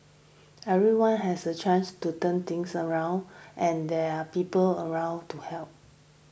everyone has a chance to turn things around and there are people around to help